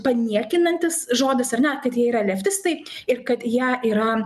paniekinantis žodis ar net kad jie yra leftistai ir kad jie yra